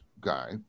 guy